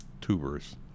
tubers